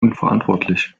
unverantwortlich